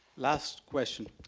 last question.